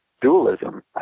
dualism